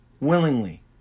Willingly